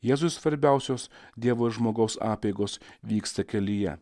jėzui svarbiausios dievo ir žmogaus apeigos vyksta kelyje